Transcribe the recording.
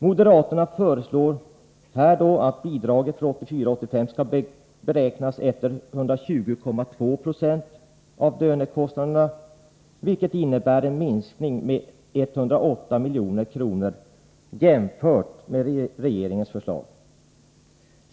Moderaterna föreslår att bidraget för 1984/85 skall beräknas efter 120,2 96 av lönekostnaderna, vilket innebär en minskning med 108 milj.kr. jämfört med regeringens förslag.